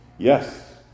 Yes